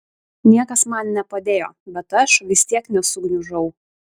niekas man nepadėjo bet aš vis tiek nesugniužau